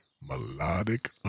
melodic